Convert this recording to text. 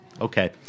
Okay